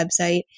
website